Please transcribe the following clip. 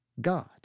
God